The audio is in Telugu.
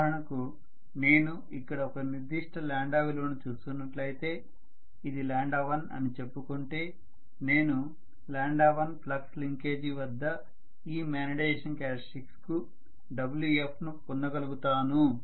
ఉదాహరణకు నేను ఇక్కడ ఒక నిర్దిష్ట విలువను చూస్తున్నట్లయితే ఇది 1 అని చెప్పుకుంటే నేను 1 ఫ్లక్స్ లింకేజీ వద్ద ఈ మ్యాగ్నెటైజేషన్ క్యారెక్టర్స్టిక్స్ కు Wf ను పొందగలుగుతాను